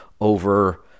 over